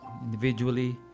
individually